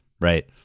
right